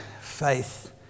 faith